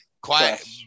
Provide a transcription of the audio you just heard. quiet